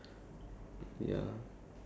so I think